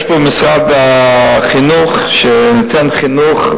משרד החינוך נותן חינוך,